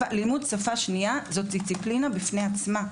לימוד שפה שנייה זו דיסציפלינה בפני עצמה.